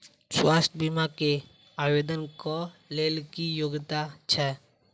स्वास्थ्य बीमा केँ आवेदन कऽ लेल की योग्यता छै?